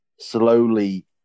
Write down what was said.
slowly